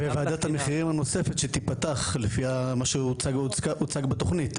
וועדת המחירים הנוספת שתיפתח לפי מה שהוצג בתוכנית,